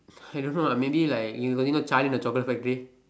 I don't know ah maybe like you know the Charlie and the chocolate factory